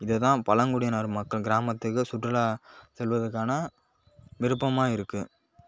இதை தான் பழங்குடியினர் மக்கள் கிராமத்துக்கு சுற்றுலா செல்வதற்கான விருப்பமாக இருக்குது